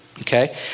Okay